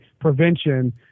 prevention